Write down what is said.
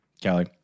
Kelly